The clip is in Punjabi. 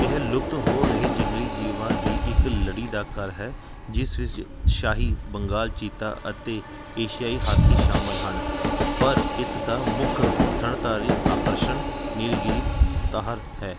ਇਹ ਲੁਪਤ ਹੋ ਰਹੇ ਜੰਗਲੀ ਜੀਵਾਂ ਦੀ ਇੱਕ ਲੜੀ ਦਾ ਘਰ ਹੈ ਜਿਸ ਵਿੱਚ ਸ਼ਾਹੀ ਬੰਗਾਲ ਚੀਤਾ ਅਤੇ ਏਸ਼ੀਆਈ ਹਾਥੀ ਸ਼ਾਮਲ ਹਨ ਪਰ ਇਸ ਦਾ ਮੁੱਖ ਥਣਧਾਰੀ ਆਕਰਸ਼ਣ ਨੀਲਗਿਰੀ ਤਾਹਰ ਹੈ